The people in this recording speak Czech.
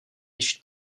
již